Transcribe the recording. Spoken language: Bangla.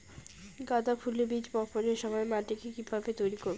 গাদা ফুলের বীজ বপনের সময় মাটিকে কিভাবে তৈরি করব?